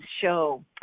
show